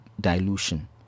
dilution